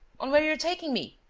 on where you're taking me.